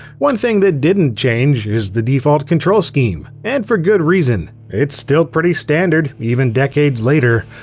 one thing that didn't change is the default control scheme, and for good reason it's still pretty standard, even decades later.